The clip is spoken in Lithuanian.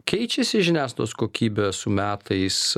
keičiasi žiniasklaidos kokybė su metais